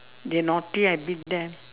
they naughty I beat them